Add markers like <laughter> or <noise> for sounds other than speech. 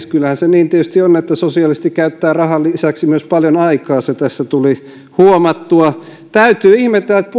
<unintelligible> kyllähän se niin tietysti on että sosialisti käyttää rahan lisäksi myös paljon aikaa se tässä tuli huomattua täytyy ihmetellä että <unintelligible>